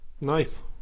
nice